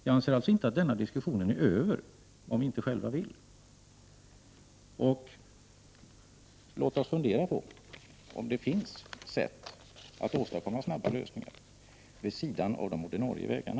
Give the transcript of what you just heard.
Jag anser alltså inte att denna diskussion är över, om vi inte själva vill att den skall vara det. Låt oss fundera på om det finns sätt att åstadkomma snabba lösningar vid sidan av de ordinarie vägarna.